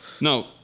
No